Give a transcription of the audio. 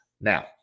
Now